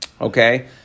Okay